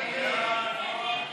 ההסתייגות (231) של חבר הכנסת מוסי רז לסעיף